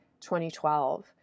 2012